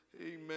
Amen